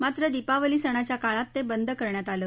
मात्र दिपावली सणाच्या काळात ते बंद करण्यात आलं